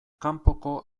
kanpoko